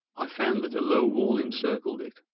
i found that a low wall encircled it,